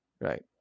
Right